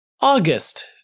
August